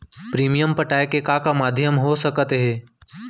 Premium पटाय के का का माधयम हो सकत हे?